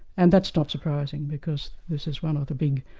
and that's not surprising because this is one of the big